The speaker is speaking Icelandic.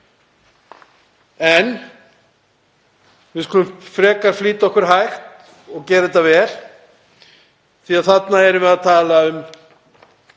En við skulum frekar flýta okkur hægt og gera þetta vel því að þarna erum við að tala um